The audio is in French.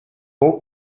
ans